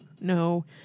No